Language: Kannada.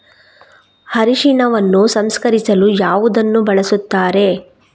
ಅರಿಶಿನವನ್ನು ಸಂಸ್ಕರಿಸಲು ಯಾವುದನ್ನು ಬಳಸುತ್ತಾರೆ?